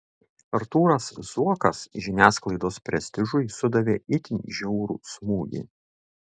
artūras zuokas žiniasklaidos prestižui sudavė itin žiaurų smūgį